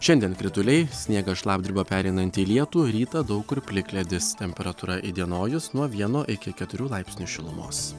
šiandien krituliai sniegas šlapdriba pereinanti į lietų rytą daug kur plikledis temperatūra įdienojus nuo vieno iki keturių laipsnių šilumos